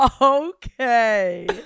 Okay